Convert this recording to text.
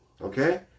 Okay